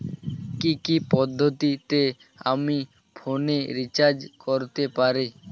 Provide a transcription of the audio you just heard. কি কি পদ্ধতিতে আমি ফোনে রিচার্জ করতে পারি?